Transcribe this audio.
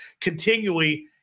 continually